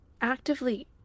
actively